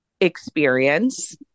experience